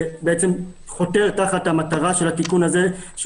זה חותר תחת המטרה של התיקון הזה,